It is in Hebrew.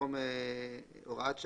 במקום הוראת שעה,